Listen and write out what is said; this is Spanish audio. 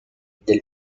del